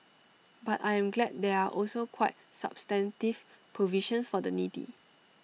but I am glad there are also quite substantive provisions for the needy